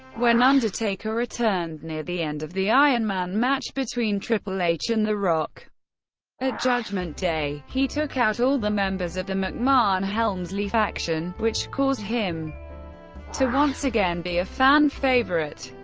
when undertaker returned near the end of the iron man match between triple h and the rock at judgment day, he took out all the members of the mcmahon-helmsley faction, which caused him to once again be a fan favorite.